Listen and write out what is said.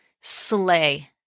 slay